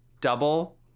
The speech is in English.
double